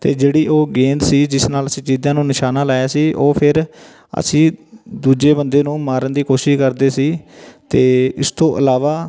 ਅਤੇ ਜਿਹੜੀ ਉਹ ਗੇਂਦ ਸੀ ਜਿਸ ਨਾਲ ਅਸੀਂ ਚਿਦਾਂ ਨੂੰ ਨਿਸ਼ਾਨਾ ਲਾਇਆ ਸੀ ਉਹ ਫਿਰ ਅਸੀਂ ਦੂਜੇ ਬੰਦੇ ਨੂੰ ਮਾਰਨ ਦੀ ਕੋਸ਼ਿਸ਼ ਕਰਦੇ ਸੀ ਅਤੇ ਇਸ ਤੋਂ ਇਲਾਵਾ